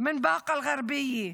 מבאקה אל-גרבייה,